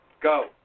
go